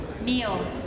Neil